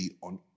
on